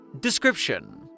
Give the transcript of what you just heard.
Description